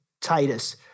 Titus